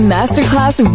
Masterclass